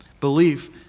Belief